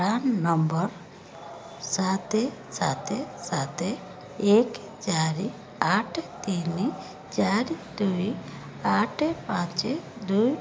PRAN number ସାତ ସାତ ସାତ ଏକ ଚାରି ଆଠ ତିନି ଚାରି ଦୁଇ ଆଠ ପାଞ୍ଚ ଦୁଇ